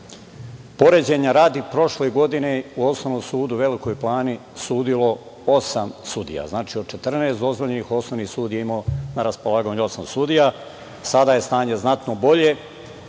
Poređenja radi, prošle godine u Osnovnom sudu u Velikoj Plani je sudilo osam sudija. Znači, od 14 dozvoljenih, Osnovni sud je imao na raspolaganju osam sudija. Sada je stanje znatno